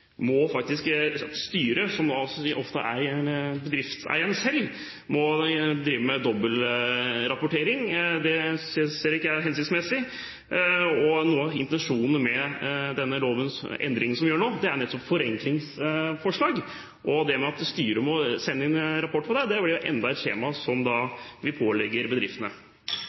må faktisk styret, som ofte er bedriftseieren selv, drive med dobbeltrapportering. Det synes ikke jeg er hensiktsmessig. Noe av intensjonen med denne lovendringen som vi gjør nå, er nettopp forenkling. Når styret må sende inn rapport om det, blir det enda et skjema som vi pålegger bedriftene.